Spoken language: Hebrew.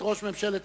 ואמת דברי האלוהים